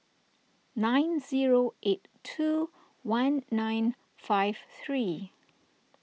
nine zero eight two one nine five three